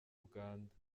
uganda